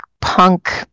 punk